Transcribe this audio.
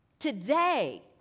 Today